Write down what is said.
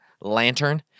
Lantern